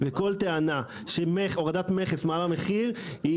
כל טענה שהורדת מכס מעלה מחיר,